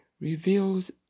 reveals